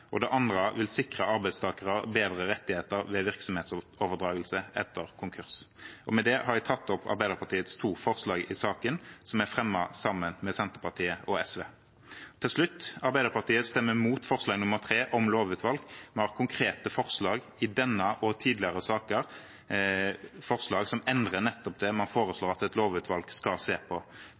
arbeidsgiveransvaret. Det andre vil sikre arbeidstakere bedre rettigheter ved virksomhetsoverdragelse etter konkurs. Med det har jeg tatt opp de to forslagene som Arbeiderpartiet har sammen med Senterpartiet og SV i denne saken. Til slutt: Arbeiderpartiet vil stemme imot forslag nr. 3, om et lovutvalg. Vi har, i denne og i tidligere saker, hatt konkrete forslag som ville endret nettopp det som man foreslår at et lovutvalg skal se på.